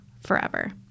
forever